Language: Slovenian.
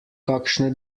kakšne